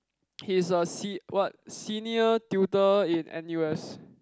he's a c what senior tutor in n_u_s